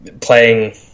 playing –